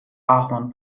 ahorn